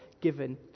given